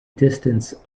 distance